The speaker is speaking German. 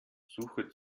suche